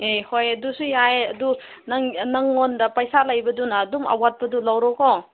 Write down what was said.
ꯑꯦ ꯍꯣꯏ ꯑꯗꯨꯁꯨ ꯌꯥꯏ ꯑꯗꯨ ꯅꯪ ꯅꯉꯣꯟꯗ ꯄꯩꯁꯥ ꯂꯩꯕꯗꯨꯅ ꯑꯗꯨꯝ ꯑꯋꯥꯠꯄꯗꯨ ꯂꯧꯔꯣꯀꯣ